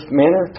manner